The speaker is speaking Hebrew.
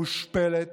מושפלת.